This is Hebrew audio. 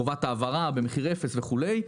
חובת העברה במחיר אפס וכולי,